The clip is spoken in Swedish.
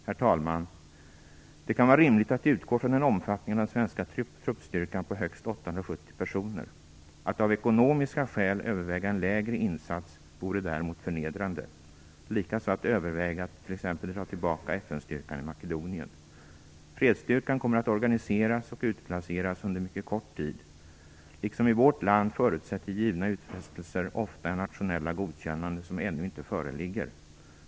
Herr talman! Det kan vara rimligt att utgå från en omfattning av den svenska truppstyrkan på högst 870 personer. Att av ekonomiska skäl överväga en lägre insats vore däremot förnedrande, likaså att överväga att t.ex. dra tillbaka FN-styrkan i Makedonien. Fredsstyrkan kommer att organiseras och utplaceras under mycket kort tid. Liksom i vårt land förutsätter givna utfästelser ofta nationella godkännanden som ännu inte föreligger.